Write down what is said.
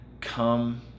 come